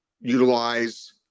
Utilize